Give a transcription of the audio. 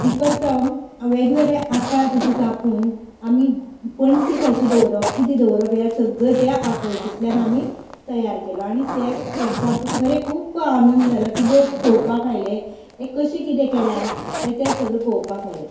दिपस्तंब वेगवेगळे आकार तेजे कापून आमी पण्टी कशी दवरप किदे दवरप हे सगळें त्या हेतूतल्यान आमी तयार केलो आनी तें वर्सा खरें खूब आनंद जालो की लोक पळोवपाक आयले की हे कशें कितें केला हें तेच सगळे पळोवपाक आयले